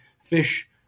fish